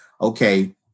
okay